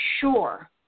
sure